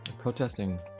protesting